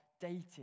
dating